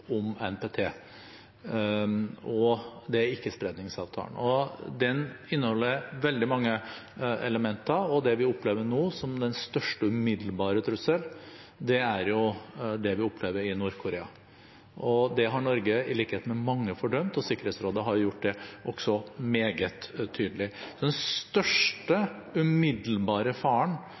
om NPT – Ikkespredningsavtalen. Den inneholder veldig mange elementer, og det vi opplever nå som den største umiddelbare trussel, er det vi opplever i Nord-Korea. Det har Norge, i likhet med mange, fordømt, og Sikkerhetsrådet har også gjort det meget tydelig. Den største umiddelbare faren